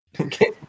Okay